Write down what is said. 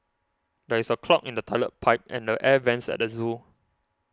there is a clog in the Toilet Pipe and the Air Vents at the zoo